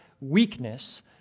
weakness